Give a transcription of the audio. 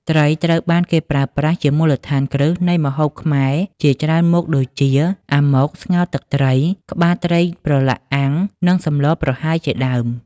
ត្រីត្រូវបានគេប្រើប្រាស់ជាមូលដ្ឋានគ្រឹះនៃម្ហូបខ្មែរជាច្រើនមុខដូចជា អាម៉ុក ស្ងោរទឹកត្រី ក្បាលត្រីប្រឡាក់អាំង និងសម្លប្រហើរជាដើម។